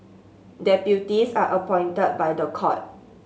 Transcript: deputies are appointed by the court